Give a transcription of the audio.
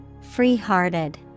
Free-hearted